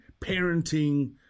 parenting